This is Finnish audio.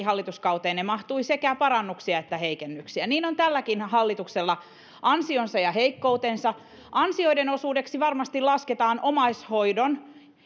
hallituskauteenne mahtui sekä parannuksia että heikennyksiä niin on tälläkin hallituksella ansionsa ja heikkoutensa ansioiden osuudeksi varmasti lasketaan omaishoidon